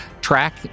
track